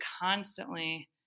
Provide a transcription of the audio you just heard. constantly